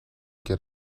get